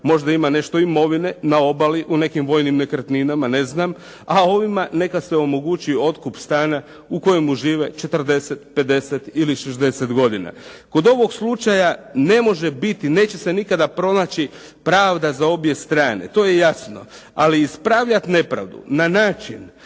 Možda ima nešto imovine na obali, u nekim vojnim nekretninama, ne znam, a ovima neka se omogući otkup stana u kojemu žive 40, 50 ili 60 godina. Kod ovog slučaja ne može biti, neće se nikada pronaći pravda za obje strane. To je jasno. Ali ispravljati nepravdu na način